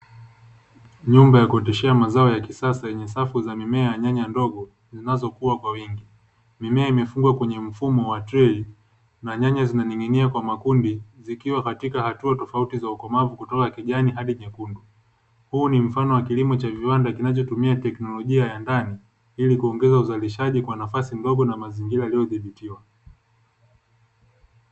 Nyumba ya kuteshea mazao ya kisasa yenye safu za mimea nyanya ndogo zinazokuwa kwa wingi, mimea imefungwa kwenye mfumo wa treyi na nyanya zinaning'inia kwa makundi, zikiwa katika hatua tofauti za ukomavu kutoka kijani hadi nyekundu, huu ni mfano wa kilimo cha viwanda kinachotumia teknolojia ya ndani ili kuongeza uzalishaji kwa nafasi ndogo na mazingira aliyodhibitiwa.